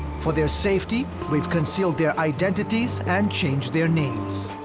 for their safety, we've concealed their identities and changed their names.